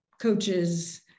coaches